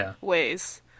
ways